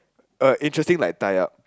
uh interesting like tie up